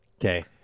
Okay